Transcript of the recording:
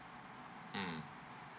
mm